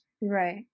right